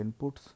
inputs